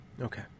Okay